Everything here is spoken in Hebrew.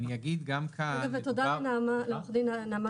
אגיד גם כאן --- תודה לעורך דין נעמה